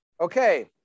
Okay